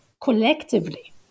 collectively